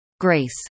Grace